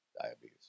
Diabetes